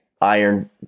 iron